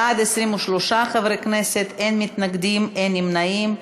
בעד, 23 חברי הכנסת, אין מתנגדים, אין נמנעים.